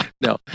No